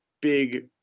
big